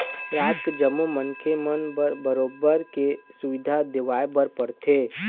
राज के जम्मो मनखे मन बर बरोबर के सुबिधा देवाय बर परथे